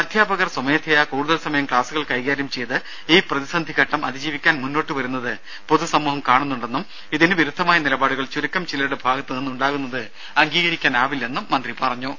അധ്യാപകർ സ്വമേധയാ കൂടുതൽ സമയം ക്ലാസുകൾ കൈകാര്യം ചെയ്ത് ഈ പ്രതിസന്ധി ഘട്ടം അതിജീവിക്കാൻ മുന്നോട്ടുവരുന്നത് പൊതുസമൂഹം കാണുന്നുണ്ടെന്നും ഇതിന് വിരുദ്ധമായ നിലപാടുകൾ ചുരുക്കം ചിലരുടെ ഭാഗത്തുനിന്ന് ഉണ്ടാകുന്നത് അംഗീകരിക്കാനാവില്ലെന്നും മന്ത്രി വ്യക്തമാക്കി